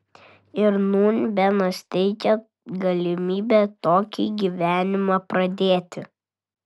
ir nūn benas teikia galimybę tokį gyvenimą pradėti